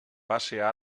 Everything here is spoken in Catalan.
passe